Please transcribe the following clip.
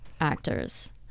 actors